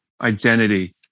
identity